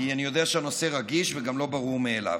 כי אני יודע שהנושא רגיש וגם לא ברור מאליו.